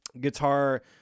guitar